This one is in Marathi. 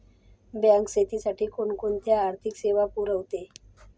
बँक शेतीसाठी कोणकोणत्या आर्थिक सेवा पुरवते?